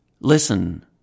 Listen